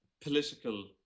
political